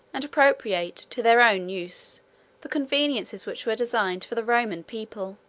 and appropriate to their own use the conveniences which were designed for the roman people.